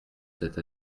cette